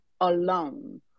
alone